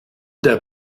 der